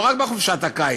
לא רק בחופשת הקיץ,